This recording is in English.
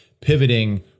pivoting